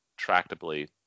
tractably